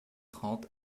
trente